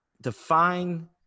define